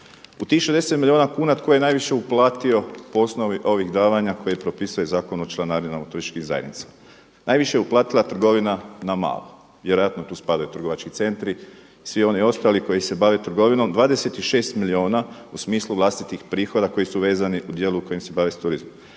U tih 60 milijuna tko je najviše uplatio po osnovi ovih davanja koje propisuje Zakon o članarinama u turističkim zajednicama. Najviše je uplatila trgovina na malo, vjerojatno tu spadaju trgovački centri i svi oni ostali koji se bave trgovinom, 26 milijuna u smislu vlastitih prihoda koji su vezani u djelu u kojem se bave s turizmom.